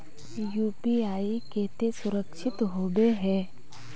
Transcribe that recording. UPI केते सुरक्षित होबे है?